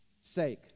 sake